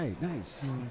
Nice